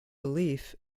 belief